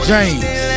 James